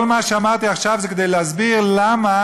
כל מה שאמרתי עכשיו זה כדי להסביר למה